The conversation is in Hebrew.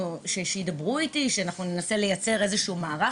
שידברו איתי וננסה לייצר איזה שהוא מערך,